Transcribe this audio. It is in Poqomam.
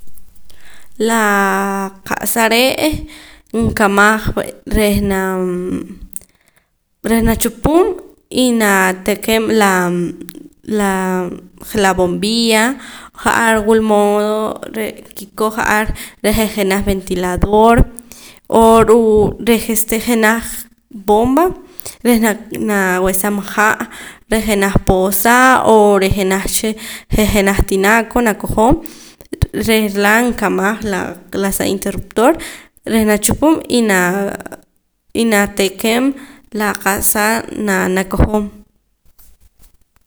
Laa qa'sa re' nkamaj rej naa reh nachupum y nataq'em laa laa bombilla ja'ar wulmoodo kikoj ja'ar reh je' jenaj ventilador o ruu' rej este jenaj bomba reh naa nab'ehsaam ha' reh jenaj poosa o reh jenaj cha je' jenaj tinaco nakojom reh laa nkamaj la la sa interruptor reh nachupumm y naa y naa takem la qa'sa naa nakojom